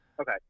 Okay